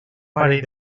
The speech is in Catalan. parell